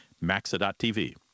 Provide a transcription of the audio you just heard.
maxa.tv